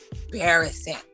embarrassing